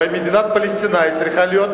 ומדינה פלסטינית צריכה להיות